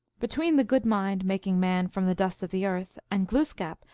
between the good mind, making man from the dust of the earth, and glooskap,